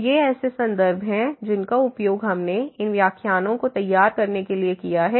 तो ये ऐसे संदर्भ हैं जिनका उपयोग हमने इन व्याख्यानों को तैयार करने के लिए किया है